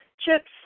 chips